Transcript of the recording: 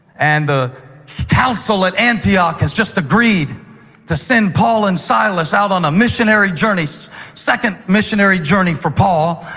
and the council at antioch has just agreed to send paul and silas out on a missionary journey, the so second missionary journey for paul.